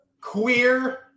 queer